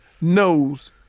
knows